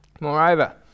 Moreover